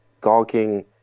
gawking